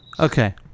Okay